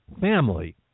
family